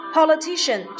Politician